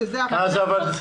זה החוק.